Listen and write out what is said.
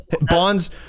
Bonds